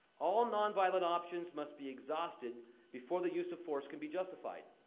all nonviolent options must be exhausted before the use of force can be justified.